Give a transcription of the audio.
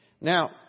Now